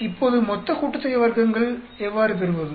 இப்போது மொத்த கூட்டுத்தொகை வர்க்கங்கள் எவ்வாறு பெறுவது